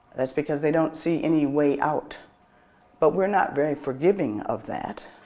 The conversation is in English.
that's because they don't see any way out but we're not very forgiving of that.